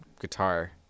Guitar